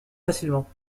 facilement